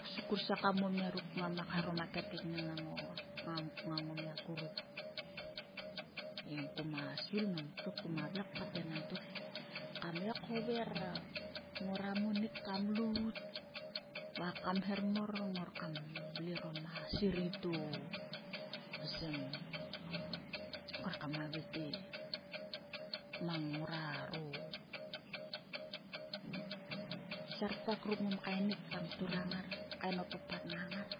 Kusiekam o mia ruk ngama kaeharom ker keknen ngang o mia a kuruk. Em kuma svil enang tok he kam le hover ngora munik kam lout va kam her mor kam vle orom a serei to osem kre kam havait te mang ngrixaro serpak ruk ngom kaenik turang ngar kanen o papat ngang ngar.